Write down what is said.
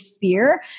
fear